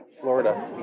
Florida